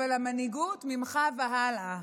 אבל המנהיגות ממך והלאה.